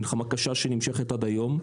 מלחמה קשה שנמשכת עד היום,